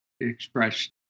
expressed